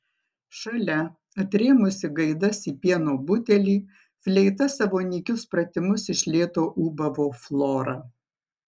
šalia atrėmusi gaidas į pieno butelį fleita savo nykius pratimus iš lėto ūbavo flora